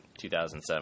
2007